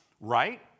Right